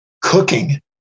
Cooking